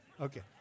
Okay